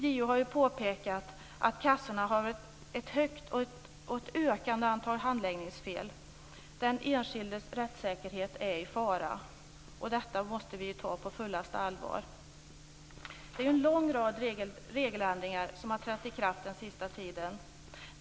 JO har ju påpekat att kassorna har ett högt och ökande antal handläggningsfel. Den enskildes rättssäkerhet är i fara. Detta måste vi ta på fullaste allvar. Det är en lång rad regeländringar som har trätt i kraft den sista tiden.